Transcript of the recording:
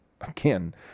again